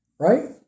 right